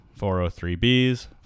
403Bs